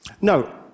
No